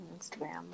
Instagram